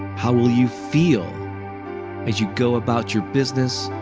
how will you feel as you go about your business,